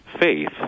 faith